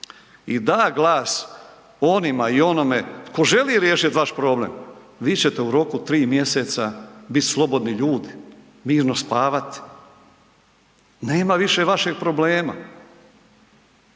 i da glas onima i onome tko želi riješiti vaš problem, vi ćete u roku 3 mjeseca biti slobodni ljudi, mirno spavati. Nema više vašeg problema.